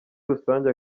rusange